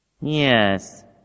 Yes